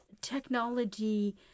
technology